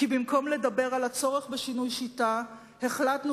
כי במקום לדבר על הצורך בשינוי השיטה החלטנו